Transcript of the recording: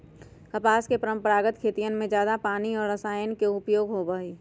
कपास के परंपरागत खेतियन में जादा पानी और रसायन के उपयोग होबा हई